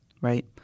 right